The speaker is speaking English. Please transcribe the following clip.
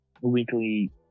weekly